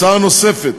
הצעה נוספת